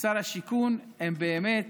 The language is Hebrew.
שר השיכון הם באמת